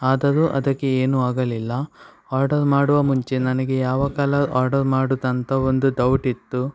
ಆದರೂ ಅದಕ್ಕೆ ಏನೂ ಆಗಲಿಲ್ಲ ಆರ್ಡರ್ ಮಾಡುವ ಮುಂಚೆ ನನಗೆ ಯಾವ ಕಲರ್ ಆರ್ಡರ್ ಮಾಡೋದ್ ಅಂತ ಒಂದು ದೌಟ್ ಇತ್ತು